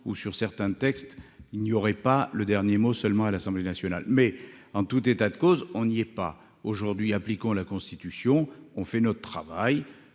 ou sur certains textes, il n'y aurait pas le dernier mot seulement à l'Assemblée nationale, mais en tout état de cause, on lui ait pas aujourd'hui, appliquons la Constitution, on fait notre travail